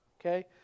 Okay